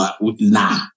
Nah